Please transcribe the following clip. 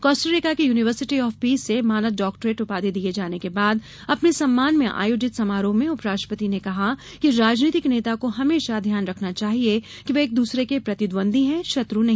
Costa Rica के university of peace से मानद डॉक्टरेट उपाधि दिये जाने के बाद अपने सम्मान में आयोजित समारोह में उपराष्ट्रपति ने कहा कि राजनीतिक नेता को हमेशा ध्यान रखना चाहिए कि वे एक दूसरे के प्रतिद्वद्वी हैं शत्र् नहीं